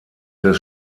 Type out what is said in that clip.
des